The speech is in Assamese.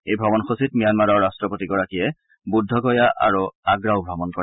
এই ভ্ৰমণসূচীত ম্যানমাৰৰ ৰাষ্ট্ৰপতিগৰাকীয়ে বুদ্ধগয়া আৰু আগ্ৰাও ভ্ৰমণ কৰে